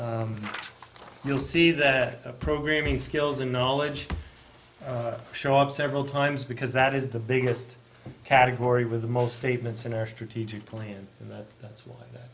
you'll see that the programming skills and knowledge show up several times because that is the biggest category with the most statements in our strategic plan that that's wh